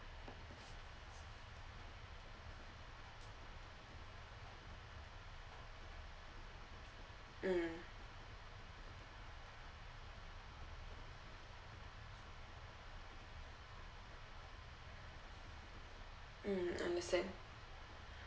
mm mm understand